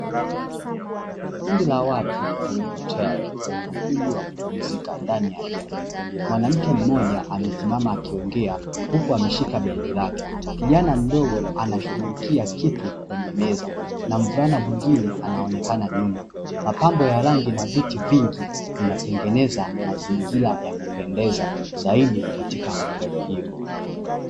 Kundi la watu kwenye hoteli wenye ukumbi wa kupumzika ndani ya jengo, mwanamke mmoja amesimama akiongea huku ameshika begi lake. Kijana mdogo anashughulikia kitu kwenye meza na mvulana mwengine anaoekana nyuma. Mapambo ya rangi na viti vingi vinatengeneza mazingira ya kupendeza zaidi katika hoteli hiyo.